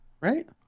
Right